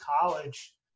college